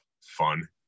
fun